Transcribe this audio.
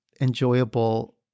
enjoyable